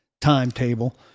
timetable